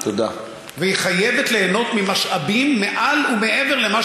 והיא חייבת ליהנות ממשאבים מעל ומעבר למה